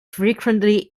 frequently